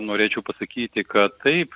norėčiau pasakyti kad taip